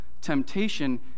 temptation